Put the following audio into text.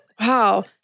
Wow